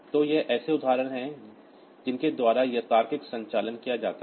तो ये ऐसे उदाहरण हैं जिनके द्वारा यह तार्किक संचालन किया जाता है